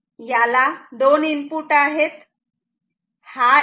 याला दोन इनपुट आहेत